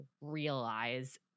realize